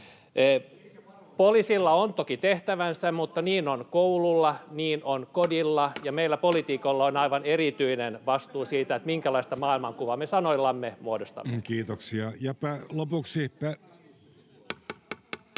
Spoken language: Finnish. Poliisilla on toki tehtävänsä, mutta niin on koululla, niin on kodilla, ja meillä poliitikoilla on aivan erityinen vastuu siitä, minkälaista maailmankuvaa me sanoillamme muodostamme. Kiitoksia. [Pia